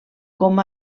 com